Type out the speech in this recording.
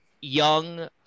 young